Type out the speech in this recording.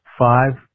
five